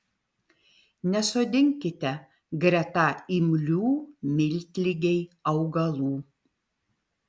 nesodinkite greta imlių miltligei augalų